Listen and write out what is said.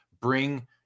bring